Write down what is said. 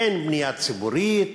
אין בנייה ציבורית,